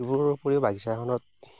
এইবোৰৰ উপৰিও বাগিচা এখনত